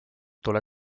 tule